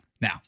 Now